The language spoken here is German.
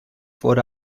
wurde